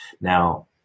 Now